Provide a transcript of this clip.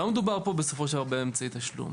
לא מדובר פה, בסופו של דבר, באמצעי תשלום.